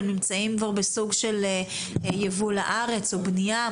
הם נמצאים כבר בסוג של יבוא לארץ או בנייה?